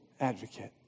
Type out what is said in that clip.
advocate